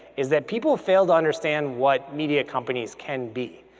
is that people fail to understand what media companies can be.